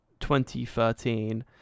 2013